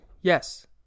yes